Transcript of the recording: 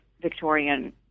Victorian